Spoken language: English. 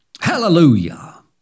Hallelujah